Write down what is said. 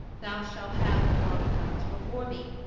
thou shall have no other gods before me.